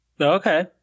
okay